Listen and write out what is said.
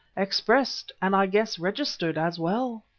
expressed and i guess registered as well.